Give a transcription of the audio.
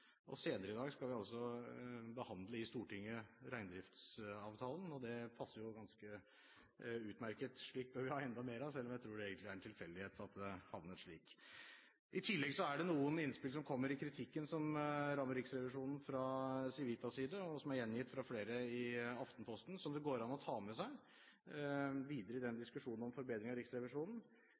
og senere i dag skal vi behandle reindriftsavtalen i Stortinget. Det passer jo ganske utmerket. Slikt bør vi ha enda mer av, selv om jeg egentlig tror det er en tilfeldighet at det havnet slik. I tillegg er det noen innspill om kritikken fra Civitas side som rammer Riksrevisjonen, som er gjengitt av flere i Aftenposten, og som det går an å ta med seg videre i diskusjonen om forbedring av Riksrevisjonen.